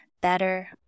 better